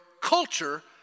culture